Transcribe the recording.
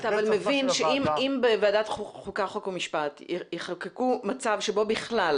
אתה מבין שאם בוועדת חוקה חוק ומשפט יחוקקו מצב שבו בכלל,